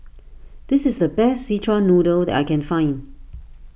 this is the best Szechuan Noodle that I can find